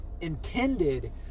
intended